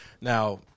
Now